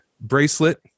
bracelet